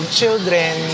children